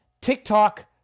TikTok